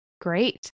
Great